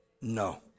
No